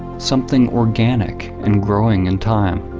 something organic and growing in time.